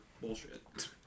bullshit